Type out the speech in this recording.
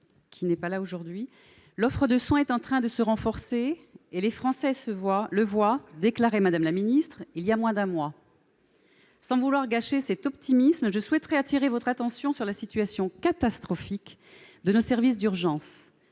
qui n'est pas parmi nous aujourd'hui. « L'offre de soins est en train de se renforcer et les Français le voient », déclarait Mme la ministre il y a moins d'un mois. Sans vouloir gâcher cet optimisme, je souhaite attirer son attention sur la situation catastrophique de nos services d'urgence.